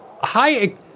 hi